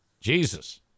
Jesus